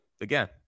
again